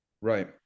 right